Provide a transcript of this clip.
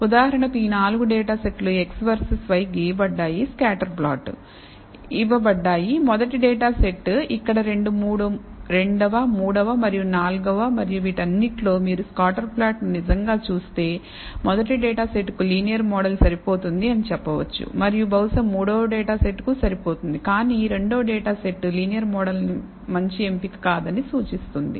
ఉదాహరణకు ఈ 4 డేటా సెట్లు x వర్సెస్ y గీయబడ్డాయి స్కాటర్ ప్లాట్ ఇవ్వబడ్డాయి మొదటి డేటా సెట్ ఇక్కడ రెండవ మూడవ మరియు నాల్గవ మరియు వీటన్నిటిలో మీరు స్కాటర్ ప్లాట్ను నిజంగా చూస్తే మొదటి డేటా సెట్ కు లీనియర్ మోడల్ సరిపోతుంది అని చెప్పవచ్చు మరియు బహుశా మూడవ డేటా సెట్కు సరిపోతుంది కానీ రెండవ డేటా సెట్ లీనియర్ మోడల్ మంచి ఎంపిక కాదని సూచిస్తుంది